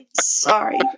Sorry